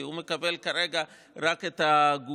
כי הוא מקבל כרגע רק את הגופים,